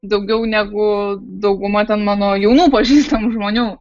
daugiau negu dauguma ten mano jaunų pažįstamų žmonių